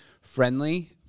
friendly